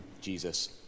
Jesus